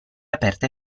aperta